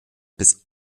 bis